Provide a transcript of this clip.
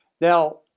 Now